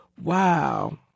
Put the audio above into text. wow